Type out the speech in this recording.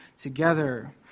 together